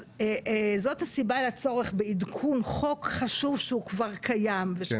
זאת הסיבה לצורך בעדכון חוק חשוב שהוא כבר קיים ושהוא